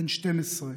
בן 12,